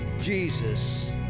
jesus